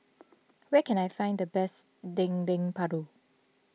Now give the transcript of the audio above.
where can I find the best Dendeng Paru